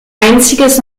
einziges